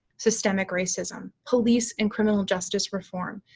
systemic racism, police and criminal justice reform,